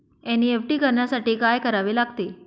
NEFT करण्यासाठी काय करावे लागते?